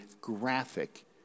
graphic